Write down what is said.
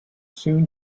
soon